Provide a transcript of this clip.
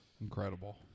Incredible